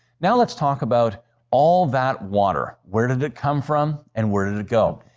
now let's talk about all that water. where did it come from and where did it go?